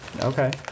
okay